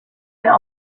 einen